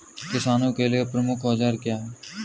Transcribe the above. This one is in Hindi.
किसानों के लिए प्रमुख औजार क्या हैं?